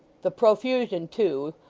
the profusion too,